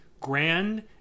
grand